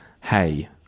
Hey